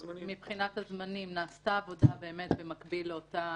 מבחינת הזמנים נעשתה עבודה במקביל לאותה